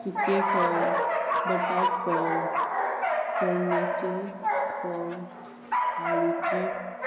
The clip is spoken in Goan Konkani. सुके फोव बटाट फोव फोडणेचे फोव आळूची